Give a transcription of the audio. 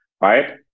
right